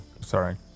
Sorry